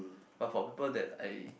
but for people that I